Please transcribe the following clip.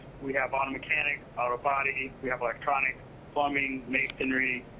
we have auto mechanics, auto body. we have electronics, plumbing, masonry,